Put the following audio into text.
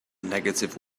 negative